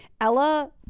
Ella